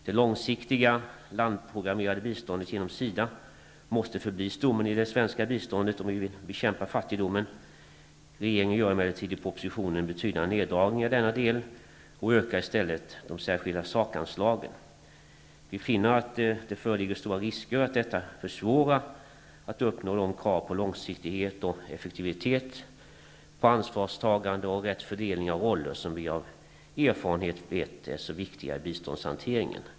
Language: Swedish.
Det långsiktiga landprogrammerade biståndet genom SIDA måste förbli stommen i det svenska biståndet om vi vill bekämpa fattigdomen. Regeringen gör emellertid i propositionen betydande neddragningar i denna del och ökar i stället de särskilda sakanslagen. Vi finner att det föreligger stora risker att detta försvårar för oss att uppnå de krav på långsiktighet och effektivitet, på ansvarstagande och rätt fördelning av roller som vi av erfarenhet vet är så viktiga i biståndshanteringen.